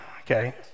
okay